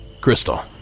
Crystal